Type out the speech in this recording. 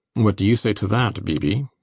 what do you say to that b. b?